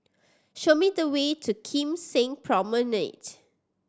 show me the way to Kim Seng Promenade